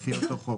לפי אותו חוק,